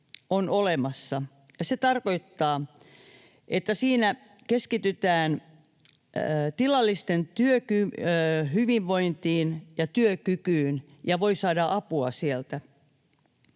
on olemassa. Se tarkoittaa, että siinä keskitytään tilallisten hyvinvointiin ja työkykyyn, ja sieltä voi saada apua.